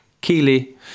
Keely